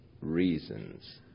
reasons